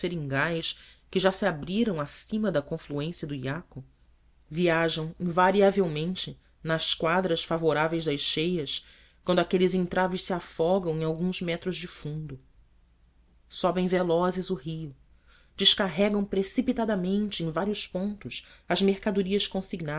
seringais que já se abriram acima da confluência do iaco viajam invariavelmente nas quadras favoráveis das cheias quando aqueles entraves se afogam em alguns metros de fundo sobem velozes o rio descarregam precipitadamente em vários pontos as mercadorias